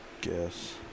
guess